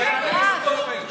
נקודת שפל היסטורית.